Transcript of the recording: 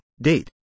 date